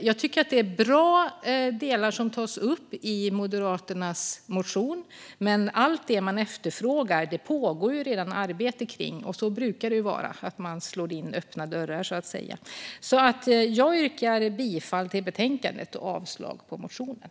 Jag tycker att det är bra delar som tas upp i Moderaternas motion, men allt det man efterfrågar pågår det redan arbete kring. Och så brukar det vara; man slår in öppna dörrar. Jag yrkar bifall till utskottets förslag i betänkandet och avslag på motionen.